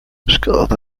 szkoda